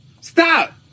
Stop